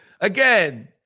again